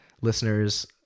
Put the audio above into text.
listeners